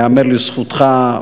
ייאמר לזכותך,